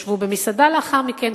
ישבו במסעדה לאחר מכן,